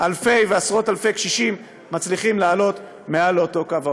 אלפים ועשרות אלפים של קשישים מצליחים לעלות מעל קו העוני.